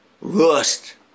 Rust